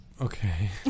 okay